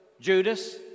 Judas